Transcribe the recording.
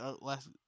last